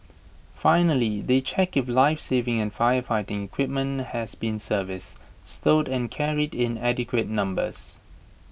finally they check if lifesaving and firefighting equipment has been serviced stowed and carried in adequate numbers